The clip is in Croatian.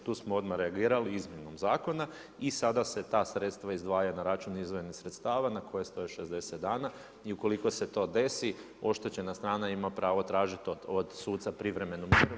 Tu smo odmah reagirali izmjenom zakona i sada se ta sredstva izdvajaju na račun izdvojenih sredstava na koje stoje 60 dana i ukoliko se to desi, oštećena strana ima pravo tražiti od suca privremenu mjeru.